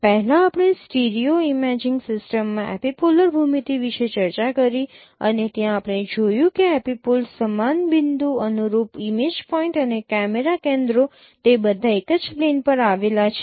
પહેલા આપણે stereo imaging સિસ્ટમમાં એપિપોલર ભૂમિતિ વિશે ચર્ચા કરી અને ત્યાં આપણે જોયું કે એપિપોલ્સ સમાન બિંદુ અનુરૂપ ઇમેજ પોઇન્ટ અને કેમેરા કેન્દ્રો તે બધા એક જ પ્લેન પર આવેલા છે